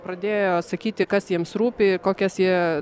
pradėjo sakyti kas jiems rūpi kokias jie